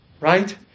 right